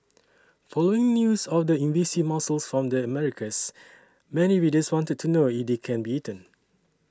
following news of the invasive mussel from the Americas many readers wanted to know if they can be eaten